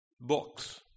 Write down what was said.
Books